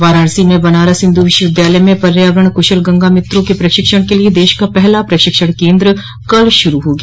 वाराणसी में बनारस हिन्दू विश्वविद्यालय में पर्यावरण कुशल गंगा मित्रों के प्रशिक्षण के लिये देश का पहला प्रशिक्षण केन्द्र कल शुरू हो गया